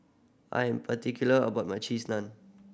I am particular about my Cheese Naan